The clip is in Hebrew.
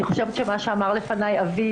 אני חושבת שמה שאמר לפניי אביב,